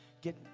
Get